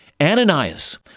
Ananias